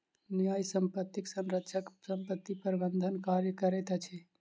न्यास संपत्तिक संरक्षक संपत्ति प्रबंधनक कार्य करैत अछि